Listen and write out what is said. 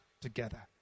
together